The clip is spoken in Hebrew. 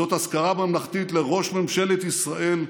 זאת אזכרה ממלכתית לראש ממשלת ישראל,